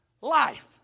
life